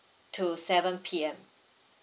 to seven P_M